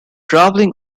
traveling